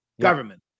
Government